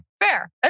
fair